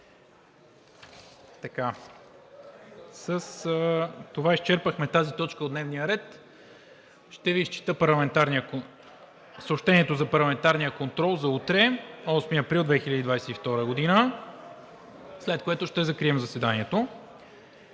това изчерпахме тази точка от дневния ред. Ще изчета съобщението за парламентарния контрол за утре, 8 април 2022 г., след което ще закрием заседанието.